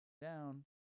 down